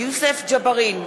יוסף ג'בארין,